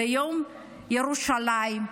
ביום ירושלים,